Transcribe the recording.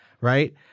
right